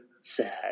sad